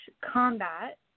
combat